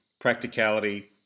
practicality